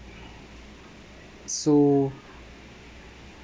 so